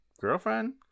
girlfriend